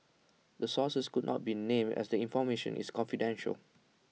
the sources could not be named as the information is confidential